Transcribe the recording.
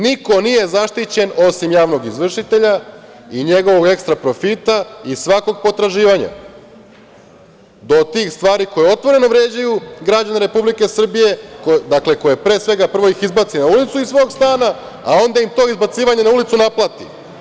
Niko nije zaštićen osim javnog izvršitelja i njegovog ekstra profita iz svakog potraživanja, do tih stvari koji otvoreno vređaju građane Republike Srbije, koje, pre svega, prvo ih izbace na ulicu iz svog stana, a onda im to izbacivanje na ulicu naplati.